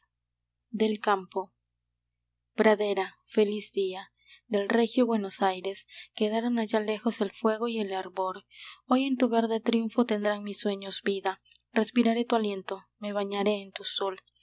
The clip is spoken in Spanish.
del campo pradera feliz día del regio buenos aires quedaron allá lejos el fuego y el hervor hoy en tu verde triunfo tendrán mis sueños vida respiraré tu aliento me bañaré en tu sol